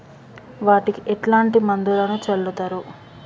వాటికి ఎట్లాంటి మందులను చల్లుతరు?